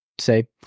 say